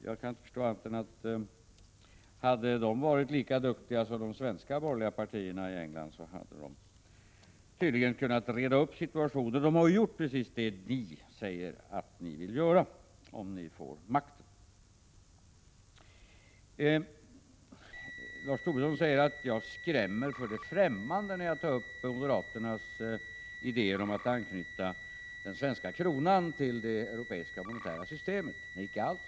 Jag kan inte förstå annat än att om de borgerliga i England varit lika duktiga som de svenska borgerliga partierna borde de ha kunnat reda upp situationen. De har ju gjort precis det som ni säger att ni vill göra om ni får makten. Lars Tobisson säger att jag skrämmer för det ffrämmande när jag tar upp moderaternas idéer om att anknyta den svenska kronan till det europeiska monetära systemet. Nej, icke alls!